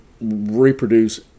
reproduce